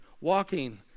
walking